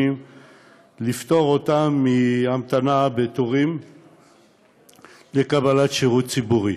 ולפטור אותם מהמתנה בתורים לקבלת שירות ציבורי.